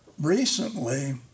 recently